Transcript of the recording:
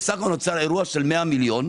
בסך הכול נוצר אירוע של 100 מיליון,